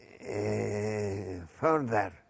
further